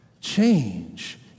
change